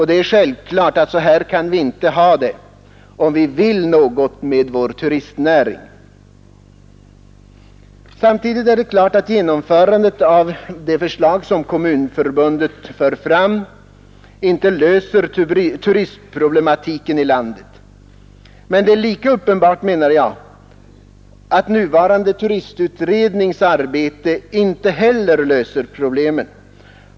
Det är självklart att så här kan vi inte ha det, om vi vill något med vår turistnäring. Samtidigt är det klart att genomförandet av det förslag som Kommunförbundet fört fram inte löser turistproblematiken inom landet. Men det är lika uppenbart, anser jag, att nuvarande turistutrednings arbete inte heller löser problemen.